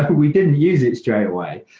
ah we didn't use it straight away.